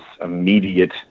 immediate